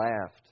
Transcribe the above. laughed